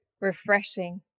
refreshing